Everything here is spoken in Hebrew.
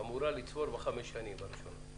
אמורה ליצור בחמש השנים הראשונות?